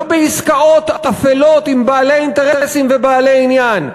לא בעסקאות אפלות עם בעלי אינטרסים ובעלי עניין,